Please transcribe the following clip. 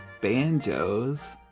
banjos